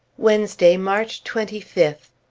wednesday, march twenty fifth.